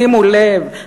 שימו לב,